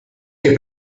che